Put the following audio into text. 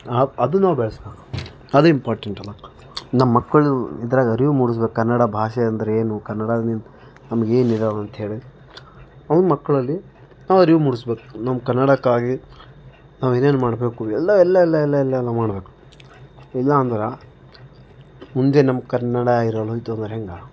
ಅ ಅದು ನಾವು ಬೆಳೆಸಬೇಕು ಅದು ಇಂಪಾರ್ಟೆಂಟ್ ಅಲ್ಲ ನಮ್ಮಕ್ಕಳು ಇದ್ರಾಗ ಅರಿವು ಮೂಡಿಸಬೇಕು ಕನ್ನಡ ಭಾಷೆ ಅಂದರೆ ಏನು ಕನ್ನಡ ನಮ್ಗೇನು ಇರೋದು ಅಂಥೇಳಿ ಅವು ಮಕ್ಕಳಲ್ಲಿ ನಾವು ಅರಿವು ಮೂಡಿಸಬೇಕು ನಮ್ಮ ಕನ್ನಡಕ್ಕಾಗಿ ನಾವು ಇನ್ನೇನು ಮಾಡಬೇಕು ಎಲ್ಲ ಎಲ್ಲ ಎಲ್ಲ ಎಲ್ಲೆಲ್ಲೆಲ್ಲ ಮಾಡಬೇಕು ಇಲ್ಲ ಅಂದ್ರೆ ಮುಂದೆ ನಮ್ಮ ಕನ್ನಡ ಇರಲತ್ತಾರ ಹೆಂಗೆ